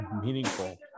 meaningful